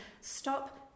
stop